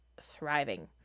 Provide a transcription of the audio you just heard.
thriving